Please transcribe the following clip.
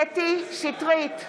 (קוראת בשמות חברי הכנסת) קטי קטרין שטרית,